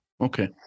okay